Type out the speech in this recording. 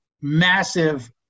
massive